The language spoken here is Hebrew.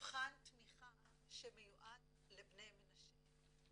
מבחן תמיכה שמיועד לבני מנשה,